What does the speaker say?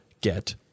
get